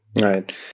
Right